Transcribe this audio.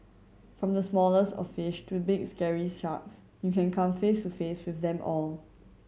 from the smallest of fish to big scary sharks you can come face to face with them all